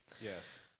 Yes